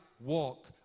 walk